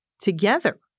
together